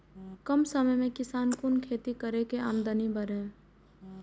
कम समय में किसान कुन खैती करै की आमदनी बढ़े?